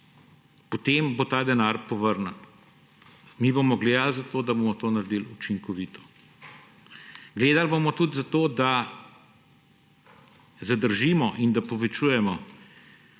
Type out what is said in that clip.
potem bo ta denar povrnjen. Mi bomo gledali na to, da bomo to naredili učinkovito. Gledali bomo tudi, da zadržimo in da povečujemo